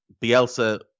Bielsa